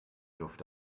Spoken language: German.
luft